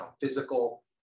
physical